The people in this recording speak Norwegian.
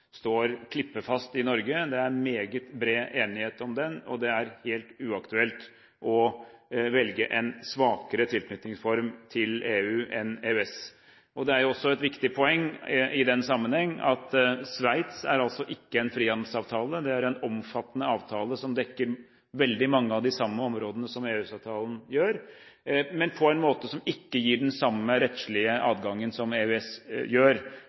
står klippefast i Norge. Det er meget bred enighet om den, og det er helt uaktuelt å velge en svakere tilknytningsform til EU enn EØS-avtalen. Det er også et viktig poeng i den sammenheng at Sveits ikke har en frihandelsavtale, men en omfattende avtale som dekker veldig mange av de samme områdene som EØS-avtalen gjør, men på en måte som ikke gir den samme rettslige adgangen som